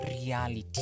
reality